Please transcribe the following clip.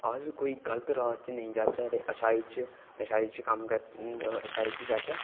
अस कोई गलत राह् च नेईं जाह्चै ते अच्छाई च जाह्चै